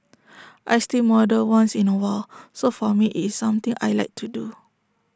I still model once in A while so for me it's something I Like to do